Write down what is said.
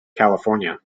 california